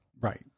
right